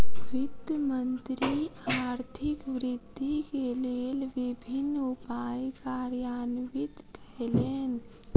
वित्त मंत्री आर्थिक वृद्धि के लेल विभिन्न उपाय कार्यान्वित कयलैन